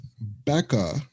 becca